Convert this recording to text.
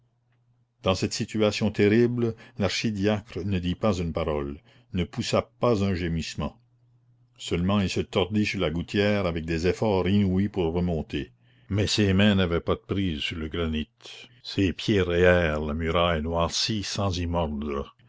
dans cette situation terrible l'archidiacre ne dit pas une parole ne poussa pas un gémissement seulement il se tordit sur la gouttière avec des efforts inouïs pour remonter mais ses mains n'avaient pas de prise sur le granit ses pieds rayaient la muraille noircie sans y